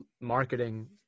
marketing